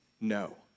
no